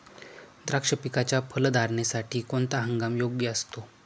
द्राक्ष पिकाच्या फलधारणेसाठी कोणता हंगाम योग्य असतो?